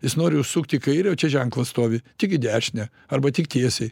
jis nori užsukti į kairę o čia ženklas stovi tik į dešinę arba tik tiesiai